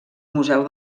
museu